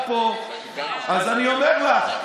אז אני אומר לך,